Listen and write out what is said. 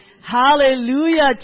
Hallelujah